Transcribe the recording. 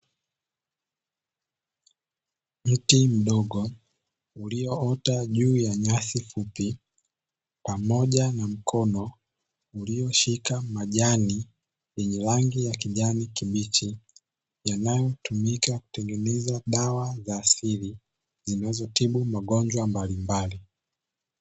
Mti mdogo ulioota juu ya nyasi fupi pamoja na mkono ulioshika majani yenye rangi ya kijani kibichi, yanayotumika kutengeneza dawa za asili zinazo tibu magonjwa mbalimbali.